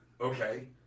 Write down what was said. Okay